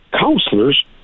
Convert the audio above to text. Counselors